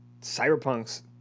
Cyberpunk's